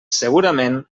segurament